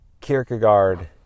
Kierkegaard